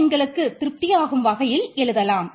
எண்களுக்கு திருப்தியாகும் வகையில் எழுதலாம்